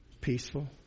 Peaceful